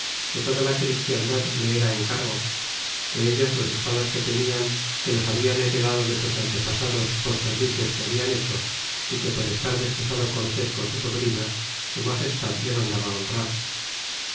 tierras que toda la christiandad le era en cargo que ellos los estados que tenian que los hablan heredado de sus antepasados por servicios que hablan hecho y que por estar desposado cortés con su sobrina su magestad le mandaba honrar